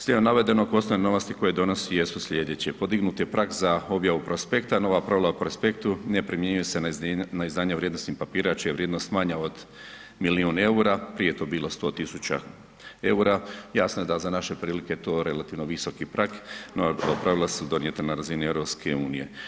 Slijedom navedenog ostale novosti koje donosi jesu slijedeće, podignut je prag za objavu prospekta, nova pravila u prospektu ne primjenjuju se na izdanje vrijednosnih papira čija je vrijednost manja od milijun EUR-a, prije je to bilo 100.000,00 EUR-a, jasno je da je za naše prilike to relativno visoki prag, no pravila su donijeta na razini EU.